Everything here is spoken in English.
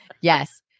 Yes